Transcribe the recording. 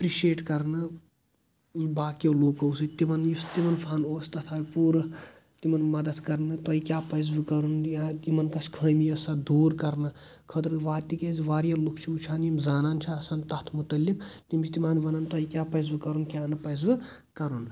appreciate کرنہٕ باقیو لوٗکو سۭتۍ یُس تِمن فن اوس تَتھ آیہِ پوٗرٕ تِمن مدد کرنہٕ تۄہہِ کیٛاہ پزوِٕ کرُن یا تِمن کُس خأمی أس سۄ دوٗر کرنہٕ خأطرٕ تِکیٛازِ واریاہ لُکھ چھ آسان یِمہٕ زانان چھ تَتھ مُتعلِق تِم چھِ تِمن وون تۄہہِ کیٛاہ پزوٕ کرُن